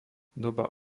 doba